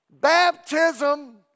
baptism